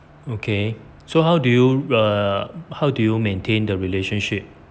okay so how do you err how do you maintain the relationship